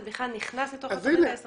זה בכלל נכנס לתוך התוכנית האסטרטגית?